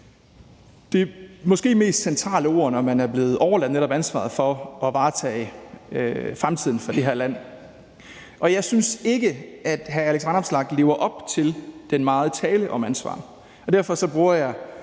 er det måske mest centrale ord, når man er blevet overladt netop ansvaret for at varetage fremtiden for det her land. Jeg synes ikke, at hr. Alex Vanopslagh lever op til den meget tale om ansvar, og derfor bruger jeg